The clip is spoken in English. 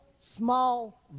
small